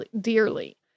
dearly